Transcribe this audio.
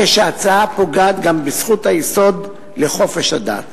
הרי שההצעה פוגעת גם בזכות היסוד לחופש הדת.